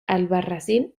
albarracín